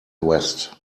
west